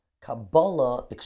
Kabbalah